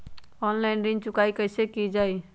Online ऋण चुकाई कईसे की ञाई?